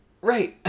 right